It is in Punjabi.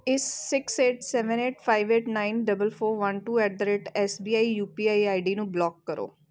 ਇਸ six eight seven eight five eight nine double four one two at the rate S B I U P I I D ਨੂੰ ਬਲਾਕ ਕਰੋ